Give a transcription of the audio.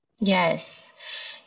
Yes